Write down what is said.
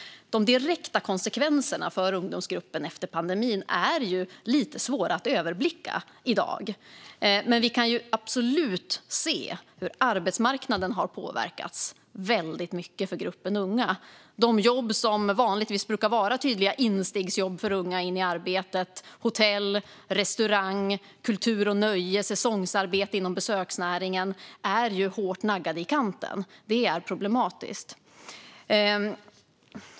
De direkta konsekvenserna för ungdomsgruppen efter pandemin är lite svåra att överblicka i dag. Men vi kan absolut se hur arbetsmarknaden har påverkats väldigt mycket för gruppen unga. De jobb som vanligtvis brukar vara tydliga instegsjobb för unga in i arbete inom hotell, restaurang, kultur och nöje och säsongsarbete inom besöksnäringen är hårt naggade i kanten. Det är problematiskt.